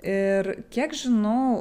ir kiek žinau